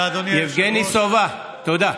יבגני סובה, תודה.